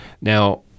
Now